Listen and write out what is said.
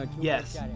Yes